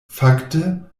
fakte